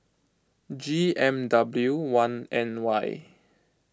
G M W one N Y